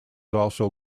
also